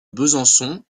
besançon